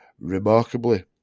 Remarkably